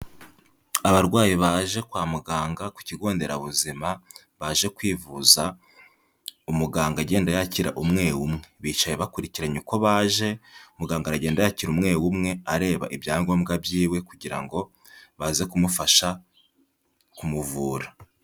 Abarwayi baje kwa muganga ku kigo nderabuzima baje kwivuza umuganga agenda yakira umwe umwe, bicaye bakurikiranye uko baje, muganga aragenda yakira umwe umwe areba ibyangombwa byiwe kugira ngo baze kumufasha kumuvura.